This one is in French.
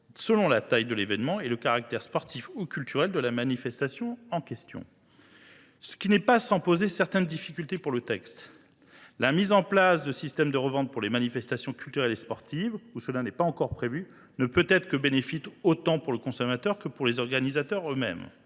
selon la taille de l’événement et le caractère sportif ou culturel de la manifestation en question, ce qui n’est pas sans poser certaines difficultés pour le texte législatif à adopter. La mise en place de systèmes de revente pour les manifestations culturelles et sportives, quand ils ne sont pas déjà prévus, ne peut être que bénéfique pour le consommateur comme pour les organisateurs eux mêmes.